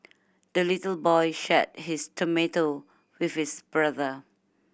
the little boy shared his tomato with his brother